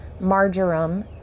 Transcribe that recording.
marjoram